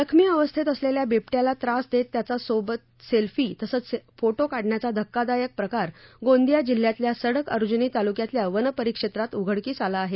जखमी अवस्थेत असलेल्या बिबट्या ला त्रास देत त्याचा सोबत सेल्फी तसेच फोटो काढण्याचा धक्कादायक प्रकार गोंदिया जिल्ह्यातल्या सडक अर्जुनी तालुक्यातल्या वनपरिक्षेत्रात उघडकीस आला आहे